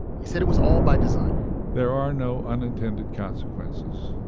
he said it was all by design there are no unintended consequences